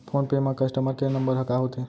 Phone पे म customer care number ह का होथे?